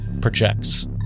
projects